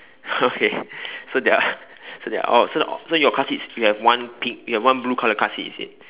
okay so there are so there are all so your car seats you have one pink you have one blue car colour car seat is it